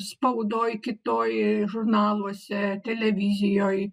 spaudoj kitoj žurnaluose televizijoj